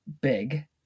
big